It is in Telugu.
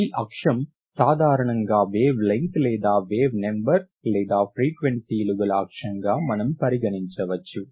ఈ అక్షం సాధారణంగా వేవ్ లెంగ్త్ లేదా వేవ్ నంబర్ లేదా ఫ్రీక్వెన్సీలు గల అక్షంగా మనం పరిగణించవచ్చు